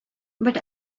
but